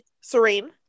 Serene